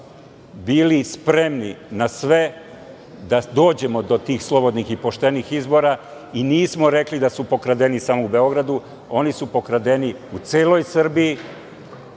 bili spremni na sve da dođemo do tih slobodnih i poštenih izbora i nismo rekli da su pokradeni samo u Beogradu, oni su pokradeni u celoj Srbiji.